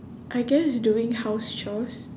I guess doing house chores